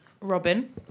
Robin